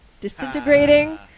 disintegrating